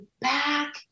back